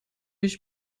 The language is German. ich